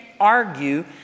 argue